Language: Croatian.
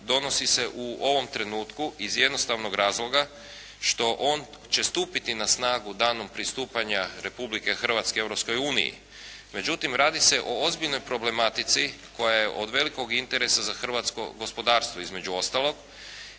donosi se u ovom trenutku iz jednostavno razloga što on će stupiti na snagu danom pristupanja Republike Hrvatske Europskoj uniji, međutim radi se o ozbiljnoj problematici koja je od velikog interesa za hrvatsko gospodarstvo između ostalog